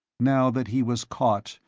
now that he was caught,